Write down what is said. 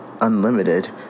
unlimited